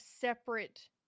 separate